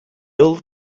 old